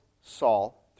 Saul